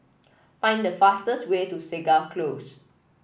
find the fastest way to Segar Close